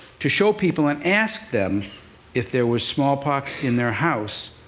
to show people and ask them if there was smallpox in their house,